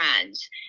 friends